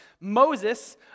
Moses